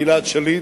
גלעד שליט,